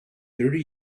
thirty